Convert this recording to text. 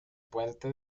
puente